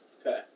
Okay